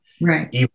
Right